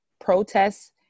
protests